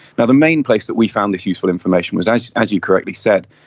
and the main place that we found this useful information was, as as you correctly said,